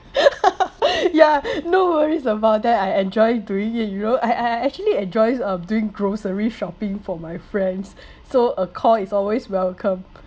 ya no worries about that I enjoy doing it you know I I actually enjoy um doing grocery shopping for my friends so a call is always welcome